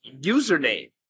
username